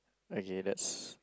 okay that's